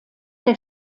der